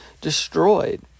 destroyed